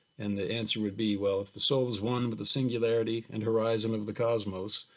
and the answer would be well, if the soul is one with the singularity and horizon of the cosmos,